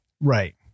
Right